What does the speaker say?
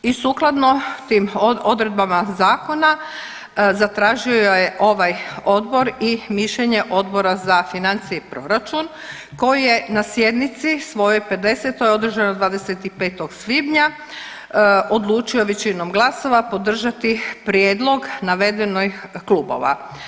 I sukladno tim odredbama zakona zatražio je ovaj odbor i mišljenje Odbora za financije i proračun koji je na sjednici svojoj 50. održanoj 25. svibnja odlučio većinom glasova podržati prijedlog navedenih klubova.